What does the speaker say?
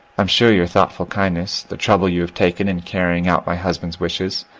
i'm sure your thoughtful kindness, the trouble you have taken in carrying out my husband's wishes,